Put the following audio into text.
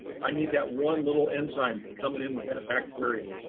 i need that one little enzyme coming in with that bacteria.